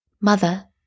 Mother